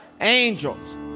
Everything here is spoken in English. angels